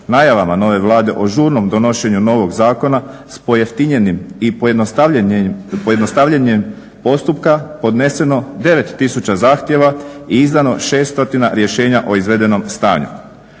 najavama nove Vlade o žurnom donošenju novog zakona s pojeftinjenjem i pojednostavljenjem postupka odneseno 9000 zahtjeva i izdano 600 rješenja o izvedenom stanju.